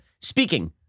Speaking